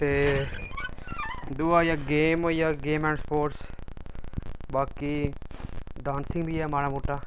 ते दूआ आई गेआ गेम होई गेआ गेम ऐंड स्पोर्टस बाकी डांसिंग बी ऐ माड़ा मुट्टा